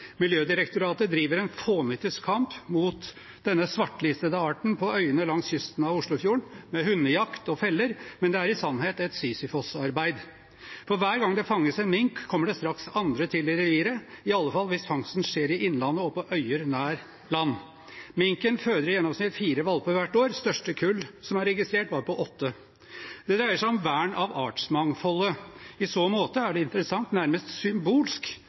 Miljødirektoratet driver en fånyttes kamp mot denne svartelistede arten på øyene langs kysten av Oslofjorden med hundejakt og feller, men det er i sannhet et sisyfosarbeid. For hver gang det fanges en mink, kommer det straks andre til det reviret, i alle fall hvis fangsten skjer i innlandet og på øyer nær land. Minken føder i gjennomsnitt fire valper hvert år. Det største kullet som er registrert, var på åtte. Det dreier seg om vern av artsmangfoldet. I så måte er det interessant, nærmest symbolsk,